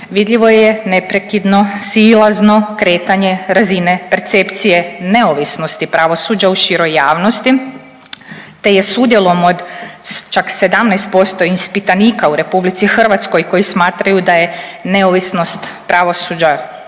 vidljivo je neprekidno silazno kretanje razine percepcije neovisnosti pravosuđa u široj javnosti, te je s udjelom od čak 17% ispitanika u Republici Hrvatskoj koji smatraju da je neovisnost pravosuđa